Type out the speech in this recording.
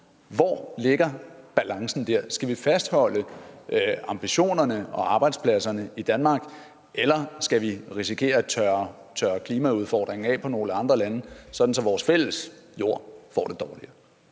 Hvor ligger balancen dér? Skal vi fastholde ambitionerne og arbejdspladserne i Danmark, eller skal vi risikere at tørre klimaudfordringen af på nogle andre lande, sådan at vores fælles jord får det dårligere?